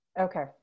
Okay